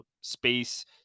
space